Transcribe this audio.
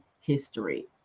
history